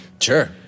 Sure